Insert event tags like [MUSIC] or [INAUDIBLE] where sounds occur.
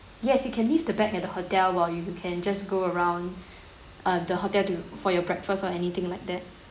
yes you can leave the bag at the hotel while you can just go around [BREATH] uh the hotel to for your breakfast or anything like that